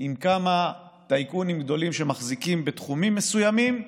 עם כמה טייקונים גדולים שמחזיקים בתחומים מסוימים וזהו.